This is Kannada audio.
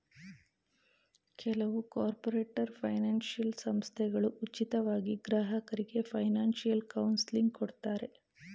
ಕೆಲವು ಕಾರ್ಪೊರೇಟರ್ ಫೈನಾನ್ಸಿಯಲ್ ಸಂಸ್ಥೆಗಳು ಉಚಿತವಾಗಿ ಗ್ರಾಹಕರಿಗೆ ಫೈನಾನ್ಸಿಯಲ್ ಕೌನ್ಸಿಲಿಂಗ್ ಕೊಡ್ತಾರೆ